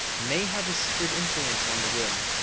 may have a secret influence on the will.